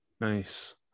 nice